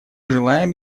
желаем